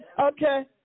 Okay